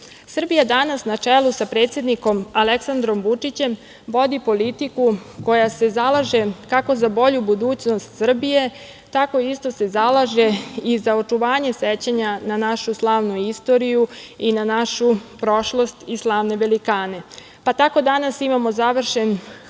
danas na čelu sa predsednikom Aleksandrom Vučićem vodi politiku koja se zalaže kako za bolju budućnost Srbije, tako isto se zalaže i za očuvanje sećanja na našu slavnu istoriju i na našu prošlost i slavne velikane. Pa, tako danas imamo završen Hram